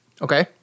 Okay